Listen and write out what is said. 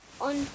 on